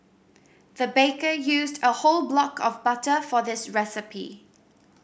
the baker used a whole block of butter for this recipe